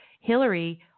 Hillary